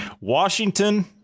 Washington